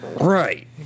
Right